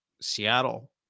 Seattle